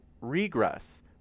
regress